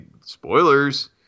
Spoilers